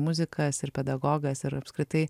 muzikas ir pedagogas ir apskritai